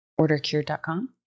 Ordercured.com